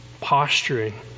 Posturing